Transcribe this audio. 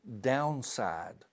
downside